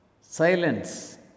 Silence